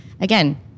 again